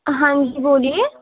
ہاں جی بولیے